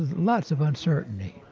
lots of uncertainty.